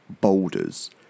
boulders